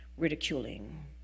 ridiculing